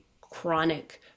chronic